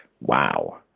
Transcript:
Wow